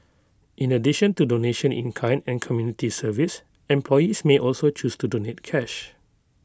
in addition to donation in kind and community service employees may also choose to donate cash